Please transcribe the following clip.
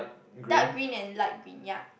dark green and light green ya